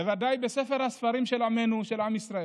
בוודאי בספר הספרים של עמנו, של עם ישראל,